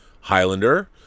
Highlander